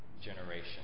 generation